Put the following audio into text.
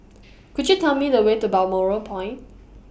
Could YOU Tell Me The Way to Balmoral Point